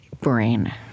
brain